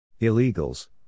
Illegals